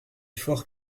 fort